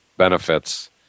Benefits